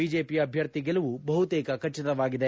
BJP ಅಭ್ಯರ್ಥಿ ಗೆಲುವು ಬಹುತೇಕ ಖಚಿತವಾಗಿದೆ